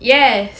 yes